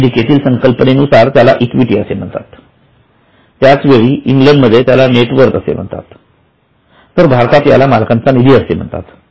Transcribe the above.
अमेरिकेतील संकल्पने नुसार याला इक्विटी असे म्हणतात त्याच वेळी इंग्लंडमध्ये याला नेट वर्थ असे म्हणतात तर भारतात याला मालकांचा निधी असे म्हणतात